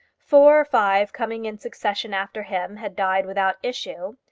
four or five coming in succession after him had died without issue.